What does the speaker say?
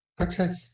Okay